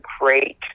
great